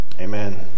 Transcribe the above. amen